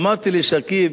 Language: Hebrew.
אמרתי לשכיב,